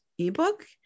Ebook